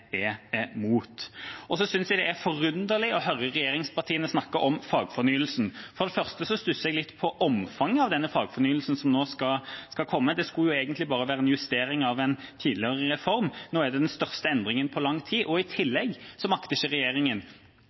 imot. Så synes jeg det er forunderlig å høre regjeringspartiene snakke om fagfornyelsen. For det første stusser jeg litt over omfanget av denne fagfornyelsen som nå skal komme. Det skulle egentlig bare være en justering av en tidligere reform. Nå er det den største endringen på lang tid. I tillegg makter ikke regjeringa å følge opp med de nødvendige ressursene for å få innført denne reformen. Så